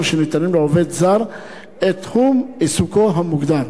שניתנים לעובד זר את תחום עיסוקו המוגדר.